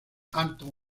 anton